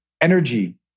energy